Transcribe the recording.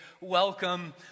welcome